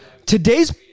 Today's